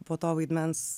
po to vaidmens